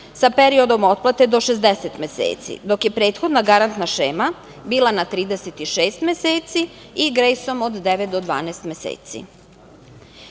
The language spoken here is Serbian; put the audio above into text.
sa periodom otplate od 60 meseci, dok je prethodna garantna šema bila na 36 meseci i grejsom od devet